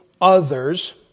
others